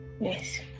yes